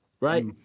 right